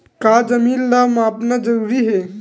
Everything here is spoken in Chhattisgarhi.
का जमीन ला मापना जरूरी हे?